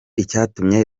icyatumye